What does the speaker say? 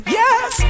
yes